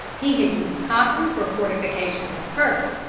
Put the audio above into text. he had used cotton for fortifications at first,